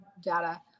data